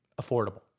affordable